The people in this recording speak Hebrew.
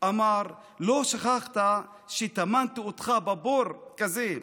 / אמר: לא שכחת שטמנתי אותך / בבור כזה?